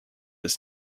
its